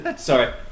Sorry